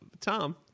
Tom